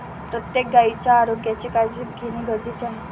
प्रत्येक गायीच्या आरोग्याची काळजी घेणे गरजेचे आहे